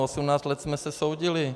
Osmnáct let jsme se soudili.